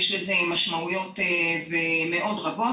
יש לזה משמעויות מאות רבות.